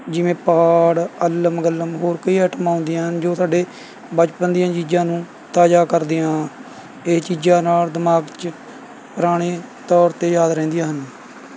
ਜਿਵੇਂ ਪਹਾੜ ਅੱਲ੍ਹਮ ਗੱਲ੍ਹਮ ਹੋਰ ਕਈ ਆਈਟਮਾਂ ਹੁੰਦੀਆਂ ਹਨ ਜੋ ਸਾਡੇ ਬਚਪਨ ਦੀਆਂ ਚੀਜ਼ਾਂ ਨੂੰ ਤਾਜ਼ਾ ਕਰਦੀਆਂ ਇਹ ਚੀਜ਼ਾਂ ਨਾਲ਼ ਦਿਮਾਗ 'ਚ ਪੁਰਾਣੇ ਤੌਰ 'ਤੇ ਯਾਦ ਰਹਿੰਦੀਆਂ ਹਨ